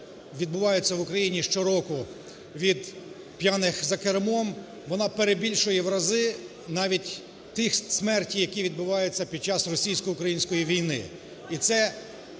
відбуваються в Україні щороку від п'яних за кермом, вона перебільшує в рази навіть ті смерті, які відбуваються під час російсько-української війни.